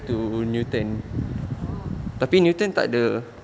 oh